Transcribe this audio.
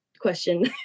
question